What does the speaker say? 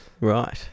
right